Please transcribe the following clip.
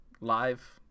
live